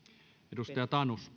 arvoisa herra